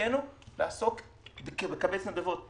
תפקידנו לא לקבץ נדבות.